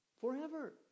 Forever